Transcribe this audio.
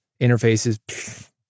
interfaces